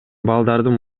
балдардын